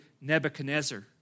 Nebuchadnezzar